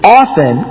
often